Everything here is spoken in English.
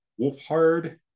wolfhard